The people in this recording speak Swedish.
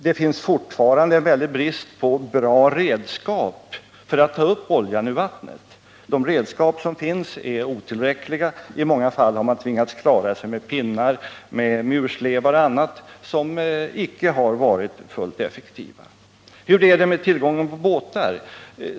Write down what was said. Det råder fortfarande en väldig brist på bra redskap för att ta upp oljan ur vattnet. De redskap som finns är otillräckliga. I många fall har man tvingats klara sig med pinnar, murslevar och annat som icke har varit fullt effektivt. Hur är det med tillgången på båtar?